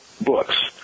books